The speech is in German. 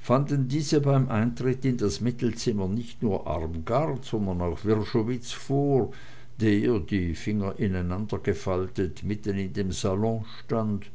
fanden diese beim eintritt in das mittelzimmer nicht nur armgard sondern auch wrschowitz vor der die finger ineinandergefaltet mitten in dem salon stand